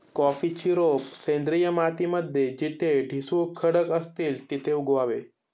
कॉफीची रोप सेंद्रिय माती मध्ये जिथे ठिसूळ खडक असतील तिथे उगवावे